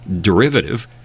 derivative